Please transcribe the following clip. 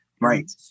right